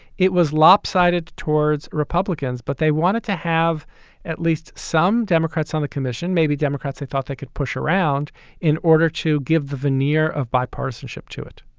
it was lopsided towards republicans. but they wanted to have at least some democrats on the commission, maybe democrats they thought they could push around in order to give the veneer of bipartisanship bipartisanship to it,